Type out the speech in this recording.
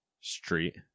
Street